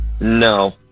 No